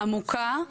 ורפורמה עמוקה,